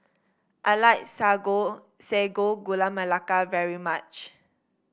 I like Sago Gula Melaka very much